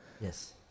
Yes